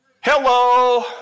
Hello